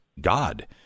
God